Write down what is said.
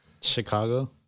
Chicago